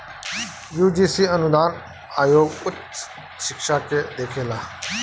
UGC अनुदान आयोग उच्च शिक्षा के देखेला